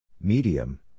Medium